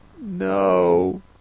No